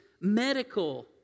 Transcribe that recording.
medical